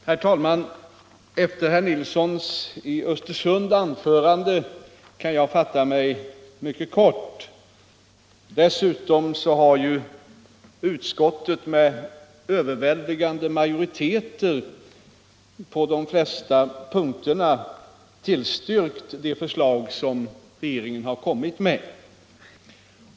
Herr talman! Efter herr Nilssons i Östersund anförande kan jag fatta mig mycket kort. Dessutom har utskottet med överväldigande majoritet på de flesta punkter tillstyrkt de förslag som regeringen har kommit med.